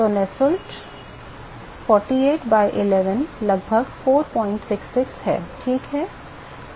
तो नुसेल्ट संख्या 48 by 11 लगभग 466 है ठीक है